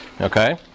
Okay